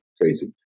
Crazy